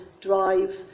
drive